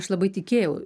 aš labai tikėjau